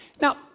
Now